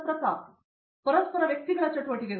ಪ್ರತಾಪ್ ಹರಿದಾಸ್ ಪರಸ್ಪರ ವ್ಯಕ್ತಿಗಳ ಚಟುವಟಿಕೆಗಳು